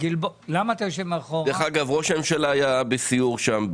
דרך אגב, ראש הממשלה היה בסיור שם.